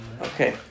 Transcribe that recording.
Okay